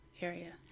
area